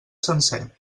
sencer